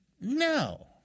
No